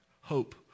hope